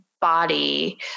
body